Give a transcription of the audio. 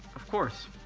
of course,